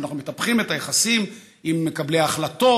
ואנחנו מטפחים את היחסים עם מקבלי ההחלטות,